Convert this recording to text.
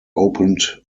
opened